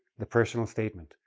the personal statement,